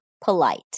polite